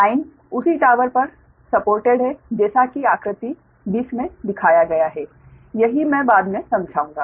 line उसी tower पर समर्थित है जैसा कि आकृति 20 में दिखाया गया है यहीं मैं बाद में समझाऊंगा